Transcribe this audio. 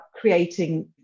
creating